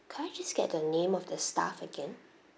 can I just get the name of the staff again